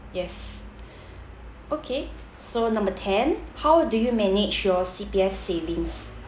yes okay so number ten how do you manage your C_P_F savings